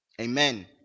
Amen